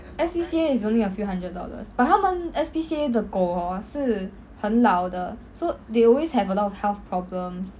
S_P_C_A is only a few hundred dollars but 他们 S_P_C_A the 狗 hor 是很老的 so they always have a lot of health problems